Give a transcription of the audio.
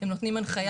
הם נותנים הנחיה